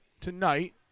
tonight